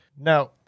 Now